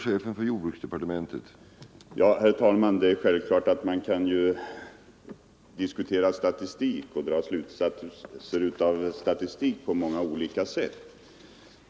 Herr talman! Det är självklart att man kan läsa statistik och dra slutsatser av statistik på många olika sätt.